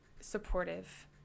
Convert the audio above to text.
supportive